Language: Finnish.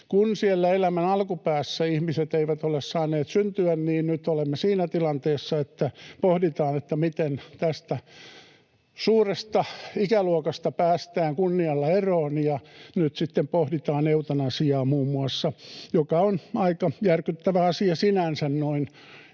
Kun siellä elämän alkupäässä ihmiset eivät ole saaneet syntyä, niin nyt olemme siinä tilanteessa, että pohditaan, miten tästä suuresta ikäluokasta päästään kunnialla eroon. Nyt pohditaan muun muassa eutanasiaa, joka on aika järkyttävä asia sinänsä noin